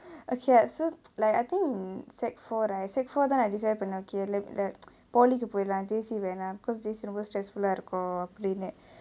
okay so like I think in secondary four right secondary four தா நா:thaa naa decide பண்ண:pannae okay polytechnic கு போயிருலா:ku poirulaa J_C வேனா:venaa because J_C ரொம்ப:romba stressful லா இருக்கு அப்டினு:la irukku apdinu